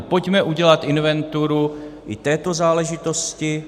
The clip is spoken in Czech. Pojďme udělat inventuru i této záležitosti.